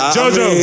Jojo